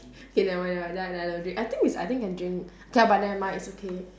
K never mind never mind then then I don't drink I think is I think can drink K ah but never mind it's okay